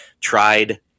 tried